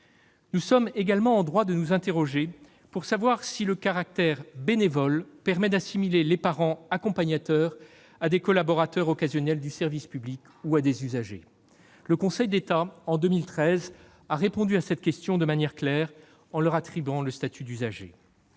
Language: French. Nous sommes également en droit de nous interroger pour savoir si le caractère bénévole permet d'assimiler les parents accompagnateurs à des collaborateurs occasionnels du service public ou à des usagers. Le Conseil d'État, en 2013, a répondu à cette question de manière claire en leur attribuant le statut d'usagers.